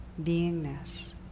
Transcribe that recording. beingness